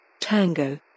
Tango